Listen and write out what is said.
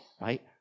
right